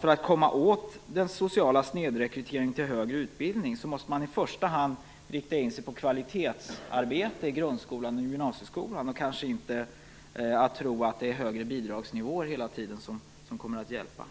för att komma åt den sociala snedrekryteringen till högre utbildning måste man i första hand rikta in sig på kvalitetsarbete i grundskolan och gymnasieskolan och kanske inte tro att det är högre bidragsnivåer som hela tiden kommer att hjälpa.